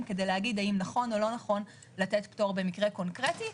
להגיד האם נכון או לא נכון לתת פטור במקרה קונקרטי.